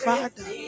Father